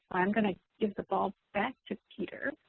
i'm going to give the ball back to peter.